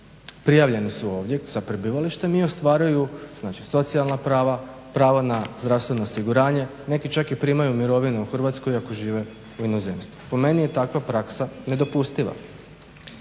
prijavljeni su ovdje sa prebivalištem i ostvaruju znači socijalna prava, prava na zdravstveno osiguranje, neki čak i primaju mirovinu u Hrvatskoj iako žive u inozemstvu. Po meni je takva praksa nedopustiva.